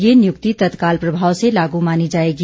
ये नियुक्ति तत्काल प्रभाव से लागू मानी जाएगी